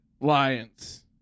Lions